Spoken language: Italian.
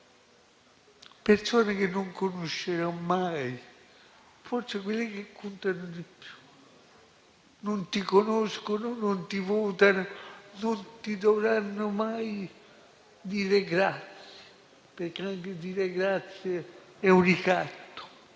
persone che non conoscerò mai, forse quelle che contano di più: non ti conoscono, non ti votano e non ti dovranno mai dire grazie (perché anche dire grazie è un ricatto).